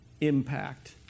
impact